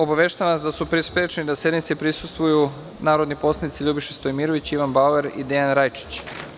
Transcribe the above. Obaveštavam vas da su sprečeni da sednici prisustvuju narodni poslanici: Ljubiša Stojmirović, Ivan Bauer i Dejan Rajčić.